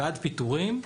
ועד פיטורים.